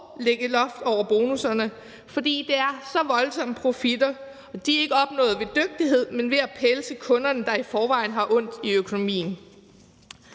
lagde et loft over bonusser, for det handler om så voldsomme profitter, og de er ikke opnået ved dygtighed, men ved at pelse kunderne, der i forvejen har ondt i økonomien.